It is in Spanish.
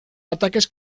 ataques